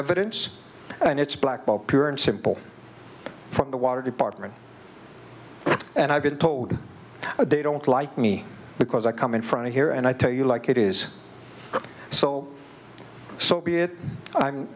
evidence and it's blackballed pure and simple from the water department and i've been told they don't like me because i come in from here and i tell you like it is so so be it